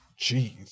Jeez